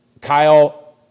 Kyle